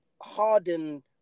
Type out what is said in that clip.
hardened